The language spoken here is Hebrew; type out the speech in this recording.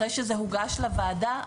אחרי שזה הוגש לוועדה,